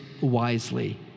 wisely